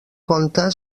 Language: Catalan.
conte